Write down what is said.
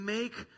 make